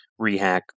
rehack